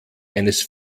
eines